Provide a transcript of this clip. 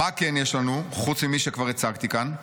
"מה כן יש לנו, חוץ ממי שכבר הצגתי כאן?